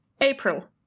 April